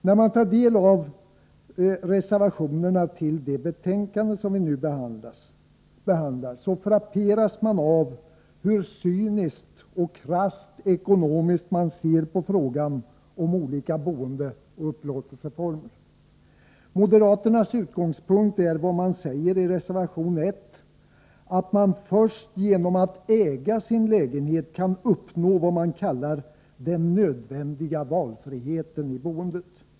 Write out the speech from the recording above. När man tar del av reservationerna till det betänkande vi nu behandlar frapperas man av hur cyniskt och krasst ekonomiskt reservanterna ser på frågan om olika boendeoch upplåtelseformer. Moderaternas utgångspunkt är, enligt vad man säger i reservation 1, att man först genom att äga sin lägenhet kan uppnå vad man kallar ”den nödvändiga valfriheten i boendet”.